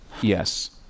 Yes